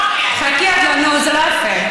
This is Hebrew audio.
חכי, זה לא יפה.